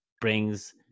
brings